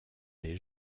des